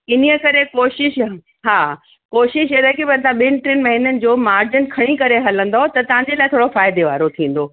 इन करे कोशिश हा कोशिश अहिड़ी की भई तव्हां ॿिनि टिनि महीननि जो मार्जिन खणी करे हलंदव त तव्हांजे लाइ थोरो फ़ाइदे वारो थींदो